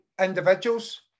individuals